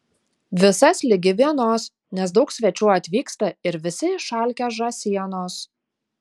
visas ligi vienos nes daug svečių atvyksta ir visi išalkę žąsienos